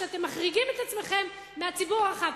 שאתם מחריגים את עצמכם מהציבור הרחב.